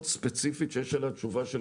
אני שאלתי שאלה מאוד ספציפית שיש עליה תשובה של